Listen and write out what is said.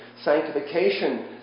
Sanctification